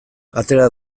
atera